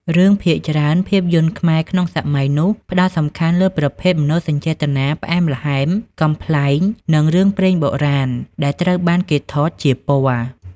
រឿងភាគច្រើន ភាពយន្តខ្មែរក្នុងសម័យនោះ ផ្ដោតសំខាន់លើប្រភេទមនោសញ្ចេតនា ផ្អែមល្ហែម កំប្លែង និងរឿងព្រេងបុរាណ ដែលត្រូវបានគេថតជាពណ៌។